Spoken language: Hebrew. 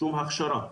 שום הכשרה.